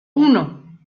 uno